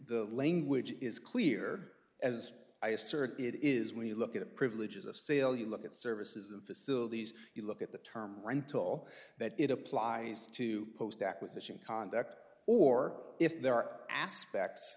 the language is clear as i assert it is when you look at privileges of sale you look at services and facilities you look at the term rental that it applies to post acquisition conduct or if there are aspects